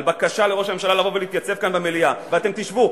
בקשה לראש הממשלה לבוא ולהתייצב כאן במליאה ואתם תשבו,